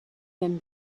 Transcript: them